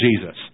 Jesus